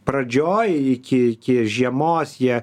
pradžioj iki iki žiemos jie